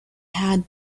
had